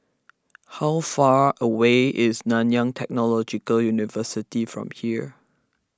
how far away is Nanyang Technological University from here